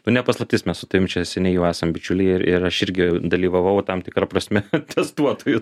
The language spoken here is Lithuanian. nu ne paslaptis mes su tavim čia seniai jau esam bičiuliai ir ir aš irgi dalyvavau tam tikra prasme testuotoju